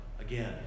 again